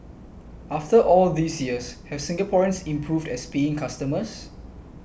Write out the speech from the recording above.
after all these years have Singaporeans improved as paying customers